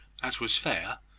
as was fair,